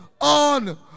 on